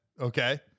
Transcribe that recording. okay